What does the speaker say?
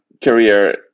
career